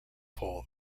pole